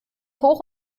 hoch